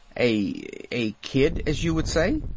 a a kid, as you would say.